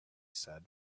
said